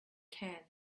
can